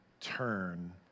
turn